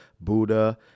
Buddha